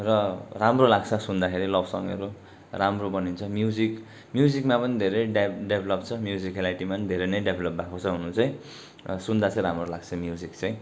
र राम्रो लाग्छ सुन्दाखेरि लभ सङ्गहरू राम्रो बनिन्छ म्युजिक म्युजिकमा पनि धेरै डेभ डेभ्लप छ म्युजिकलाई यत्तिमा पनि धेरै नै डेभ्लप भएको छ हुनु चाहिँ सुन्दा चाहिँ राम्रो लाग्छ म्युजिक चाहिँ